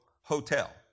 Hotel